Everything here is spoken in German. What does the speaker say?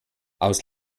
aus